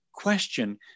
Question